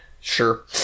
sure